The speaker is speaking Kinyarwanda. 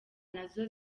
nazo